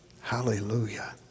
Hallelujah